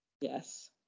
Yes